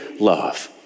love